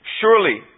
Surely